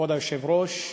כבוד היושב-ראש,